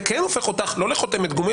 זה כן הופך אותך לא לחותמת גומי,